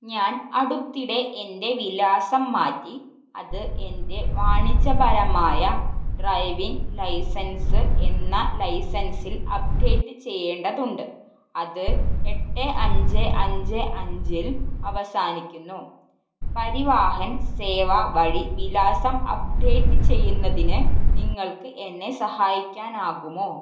ഞാൻ അടുത്തിടെ എൻ്റെ വിലാസം മാറ്റി അത് എൻ്റെ വാണിജ്യപരമായ ഡ്രൈവിങ് ലൈസെൻസ് എന്ന ലൈസെൻസിൽ അപ്ഡേറ്റ് ചെയ്യേണ്ടതുണ്ട് അത് എട്ടെ അഞ്ചെ അഞ്ചെ അഞ്ചിൽ അവസാനിക്കുന്നു പരിവാഹൻ സേവാ വഴി വിലാസം അപ്ഡേറ്റ് ചെയ്യുന്നതിന് നിങ്ങൾക്ക് എന്നെ സഹായിക്കാനാകുമോ